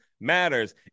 matters